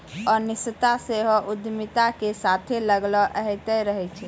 अनिश्चितता सेहो उद्यमिता के साथे लागले अयतें रहै छै